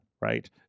Right